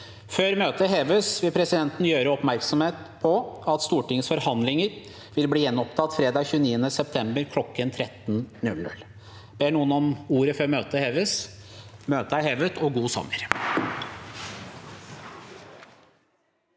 Før møtet heves, vil presidenten gjøre oppmerksom på at Stortingets forhandlinger vil bli gjenopptatt fredag 29. september kl. 13.00. Ber noen om ordet før møtet heves? – Møtet er hevet, og god sommer!